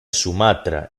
sumatra